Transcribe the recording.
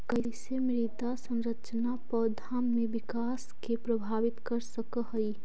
कईसे मृदा संरचना पौधा में विकास के प्रभावित कर सक हई?